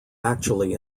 actually